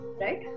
right